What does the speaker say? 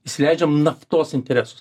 įsileidžiam naftos interesus